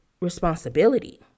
responsibility